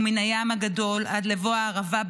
ומן הים הגדול עד לבוא הערבה ,